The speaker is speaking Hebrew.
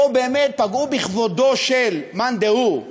פה באמת פגעו בכבודו של מאן דהוא,